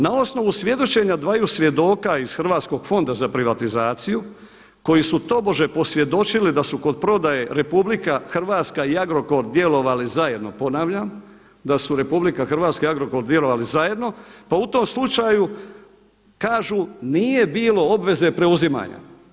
Na osnovu svjedočenja dvaju svjedoka iz Hrvatskog fonda za privatizaciju koji su tobože posvjedočili da su kod prodaje RH i Agrokor djelovali zajedno, ponavljam da su RH i Agrokor djelovali zajedno pa u tom slučaju kažu nije bilo obveze preuzimanja.